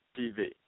TV